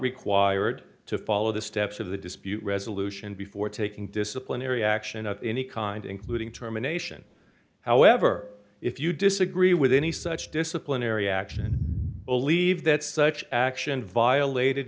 required to follow the steps of the dispute resolution before taking disciplinary action of any kind including terminations however if you disagree with any such disciplinary action believe that such action violated